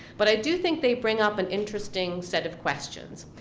but i do think they bring up an interesting set of questions,